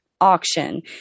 auction